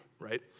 right